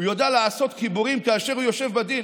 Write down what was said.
הוא יודע לעשות חיבורים כאשר הוא יושב בדין.